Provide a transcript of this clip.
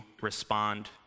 respond